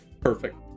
perfect